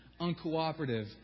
uncooperative